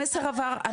המסר עבר,